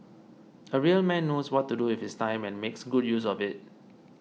a real man knows what to do with his time and makes good use of it